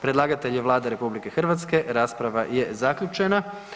Predlagatelj je Vlada RH, rasprava je zaključena.